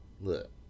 Look